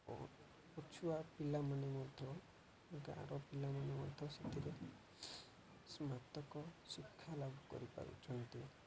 ବହୁତ ଛୁଆ ପିଲାମାନେ ମଧ୍ୟ ଗାଁର ପିଲାମାନେ ମଧ୍ୟ ସେଥିରେ ସ୍ମାତକ ଶିକ୍ଷା ଲାଭ କରିପାରୁଛନ୍ତି